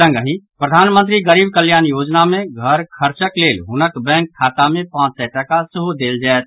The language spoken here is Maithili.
संगहि प्रधानमंत्री गरीब कल्याण योजना मे घर खर्चक लेल हुनक बैंक खाता मे पांच सय टाका सेहो देल जायत